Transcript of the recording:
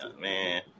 Man